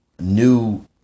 new